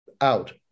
out